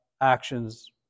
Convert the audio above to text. actions